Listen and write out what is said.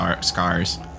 scars